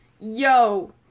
yo